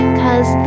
cause